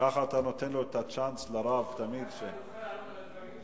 ככה אתה נותן לו את הצ'אנס --- ככה אני אוכל לענות על הדברים שלו.